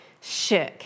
shook